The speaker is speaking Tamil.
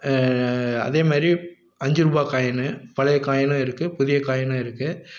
அதேமாதிரி அஞ்சுரூபா காயினு பழைய காயினும் இருக்குது புதிய காயினும் இருக்குது